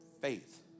faith